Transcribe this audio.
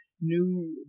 new